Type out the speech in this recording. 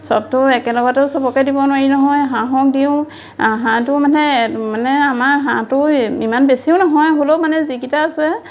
চবতো একেলগতেও চবকে দিব নোৱাৰি নহয় হাঁহক দিওঁ হাঁহটো মানে মানে আমাৰ হাঁহটো ইমান বেছিও নহয় হ'লেও মানে যিকেইটা আছে